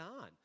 on